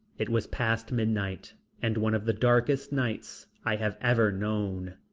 it was past midnight and one of the darkest nights i have ever known.